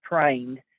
trained